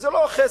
וזה לא חסד,